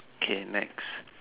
K next